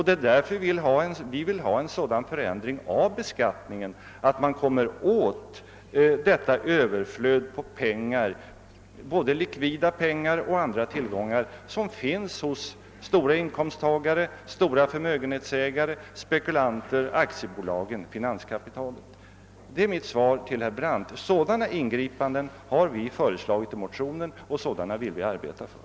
Det är därför som vi vill ha en sådan ändring av beskattningen att man kommer åt detta överflöd på pengar — både likvida medel och andra tillgångar — som finns hos höga inkomsttagare, stora förmögenhetsägare, spekulanter, aktiebolag och finanskapitalet. Det är mitt svar till herr Brandt. Sådana ingripanden har vi föreslagit i motionen, och dem vill vi arbeta för.